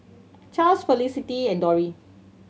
Charls Felicity and Dori